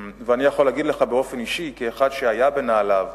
ואני יכול להגיד לך באופן אישי, כאחד שהיה בנעליו,